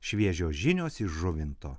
šviežios žinios iš žuvinto